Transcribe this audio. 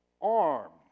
armed